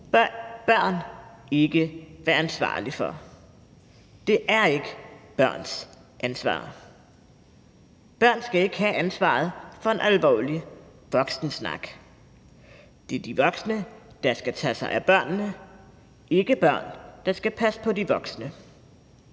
børn ikke være ansvarlig for. Det er ikke børns ansvar. Børn skal ikke have ansvaret for en alvorlig voksensnak. Det er de voksne, der skal tage sig af børnene, ikke børnene, der skal passe på de voksne.